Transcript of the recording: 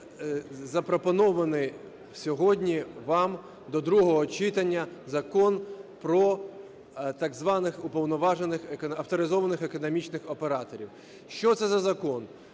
запропонований сьогодні вам до другого читання Закон про так званих уповноважених авторизованих економічних операторів. Що це за закон?